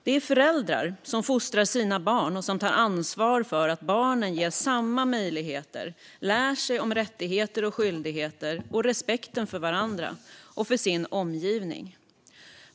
Det är föräldrarna som fostrar sina barn och som tar ansvar för att barnen ges samma möjligheter och lär sig om rättigheter och skyldigheter och om respekten för varandra och sin omgivning.